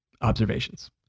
observations